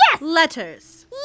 letters